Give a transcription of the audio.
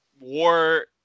War